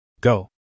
Go